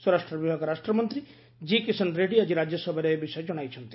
ସ୍ୱରାଷ୍ଟ୍ର ବିଭାଗ ରାଷ୍ଟ୍ରମନ୍ତ୍ରୀ ଜିକିଷନ ରେଡ୍ରୀ ଆଜି ରାଜ୍ୟସଭାରେ ଏ ବିଷୟ ଜଣାଇଛନ୍ତି